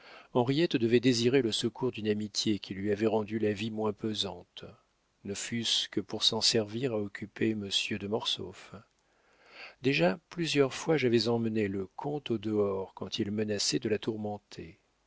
henriette devait désirer le secours d'une amitié qui lui avait rendu la vie moins pesante ne fût-ce que pour s'en servir à occuper monsieur de mortsauf déjà plusieurs fois j'avais emmené le comte au dehors quand il menaçait de la tourmenter